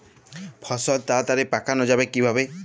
ফসল তাড়াতাড়ি পাকানো যাবে কিভাবে?